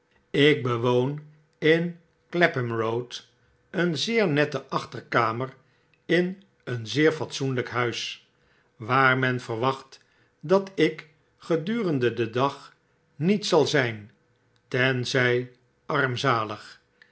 ik bewoon in clapham road een zeer nette achterkamer in een zeer fatsoenlykhuis waar men verwacht dat ik gedurende den dag niet zal zp tenzy armzalig